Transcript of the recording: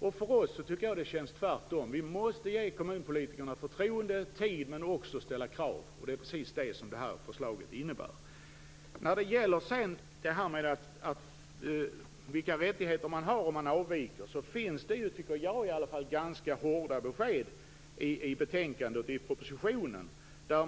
För oss är det tvärtom. Vi måste ge kommunpolitikerna förtroende och tid men också ställa krav. Det är precis det som förslaget innebär. När det gäller vilka rättigheter kommunen har om den avviker finns det, tycker i varje fall jag, ganska hårda besked i betänkandet och i propositionen.